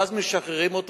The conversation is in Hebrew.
ואז משחררים אותו.